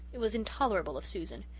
it was intolerable of susan.